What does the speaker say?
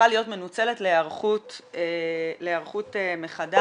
להיות מנוצלת להיערכות מחדש